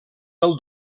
del